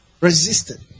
Resistant